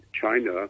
China